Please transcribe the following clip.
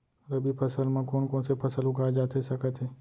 रबि फसल म कोन कोन से फसल उगाए जाथे सकत हे?